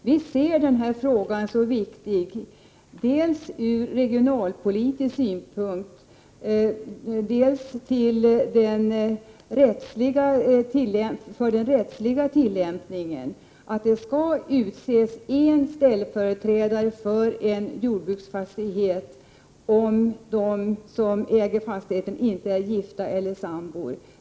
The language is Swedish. Vi anser att detta är en mycket viktig fråga dels ur regionalpolitisk synpunkt, dels för den rättsliga tillämpningen, dvs. att det skall utses en ställföreträdare för ägarna av en jordbruksfastighet om ägarna inte är gifta eller sambor.